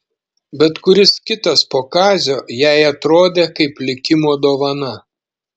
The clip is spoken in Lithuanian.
bet kuris kitas po kazio jai atrodė kaip likimo dovana